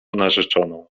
narzeczoną